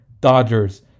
Dodgers